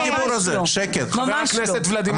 הוא שוויוני כלפי כולנו.